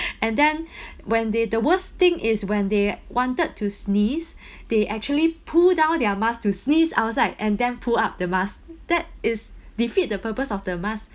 and then when they the worst thing is when they wanted to sneeze they actually pull down their mask to sneeze outside and then pull up the mask that is defeat the purpose of the mask